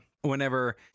whenever